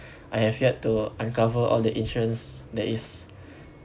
I have yet to uncover all the insurance there is